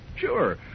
Sure